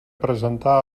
presentar